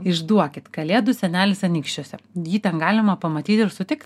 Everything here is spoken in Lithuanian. išduokit kalėdų senelis anykščiuose jį ten galima pamatyt ir sutikt